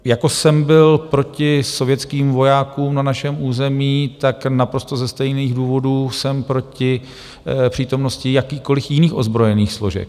Jako jsem byl proti sovětským vojákům na našem území, tak naprosto ze stejných důvodů jsem proti přítomnosti jakýkoliv jiných ozbrojených složek.